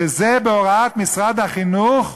וזה בהוראת משרד החינוך,